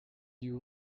you